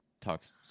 talks